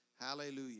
Hallelujah